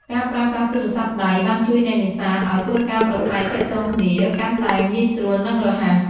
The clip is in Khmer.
ការប្រើប្រាស់ទូរស័ព្ទដៃបានជួយអ្នកនេសាទឱ្យធ្វើការប្រាស្រ័យទាក់ទងគ្នាកាន់តែងាយស្រួល និងរហ័ស។